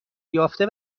یافته